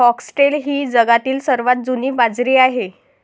foxtail ही जगातील सर्वात जुनी बाजरी आहे